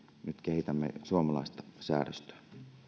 nyt kehitämme suomalaista säädöstöä